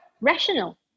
rational